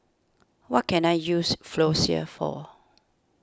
what can I use Floxia for